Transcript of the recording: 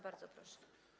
Bardzo proszę.